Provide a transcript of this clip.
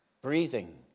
breathing